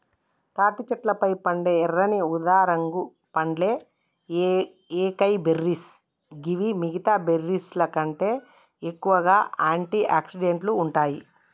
తాటి చెట్లపై పండే ఎర్రని ఊదారంగు పండ్లే ఏకైబెర్రీస్ గివి మిగితా బెర్రీస్కంటే ఎక్కువగా ఆంటి ఆక్సిడెంట్లు ఉంటాయి